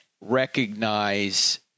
recognize